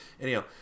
anyhow